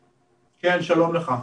כן, שלום לך.